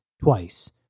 Twice